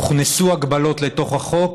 הוכנסו הגבלות לתוך החוק,